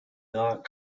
not